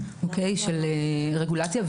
של רגולציה.